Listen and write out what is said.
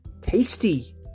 tasty